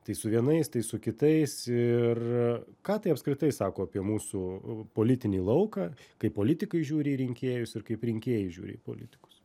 tai su vienais tai su kitais ir ką tai apskritai sako apie mūsų politinį lauką kaip politikai žiūri į rinkėjus ir kaip rinkėjai žiūri į politikus